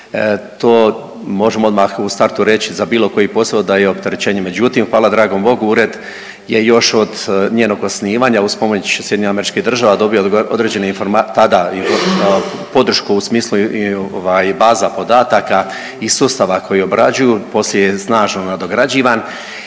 to možemo odmah u startu reć za bilo koji posao da je opterećenje. Međutim, hvala dragom Bogu ured je još od njenog osnivanja uz pomoć SAD-a dobio određene tada podršku u smislu baza podataka i sustava koji obrađuju poslije je snažno nadograđivan